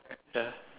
ya